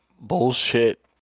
bullshit